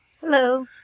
Hello